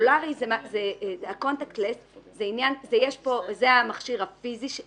הסלולרי, הקונטקט לס, זה המכשיר הפיזי.